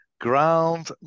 Ground